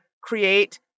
create